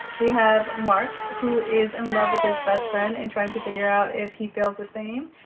we have mark, who is in love with his best friend and trying to figure out if he feels the same.